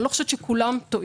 אני לא חושבת שכולם טועים.